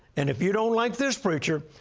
and if you don't like this preacher,